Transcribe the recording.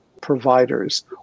providers